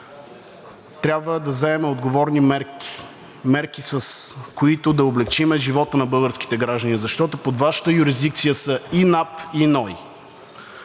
трябва да вземем отговорни мерки – мерки, с които да облекчим живота на българските граждани, защото под Вашата юрисдикция са и НАП, и НОИ.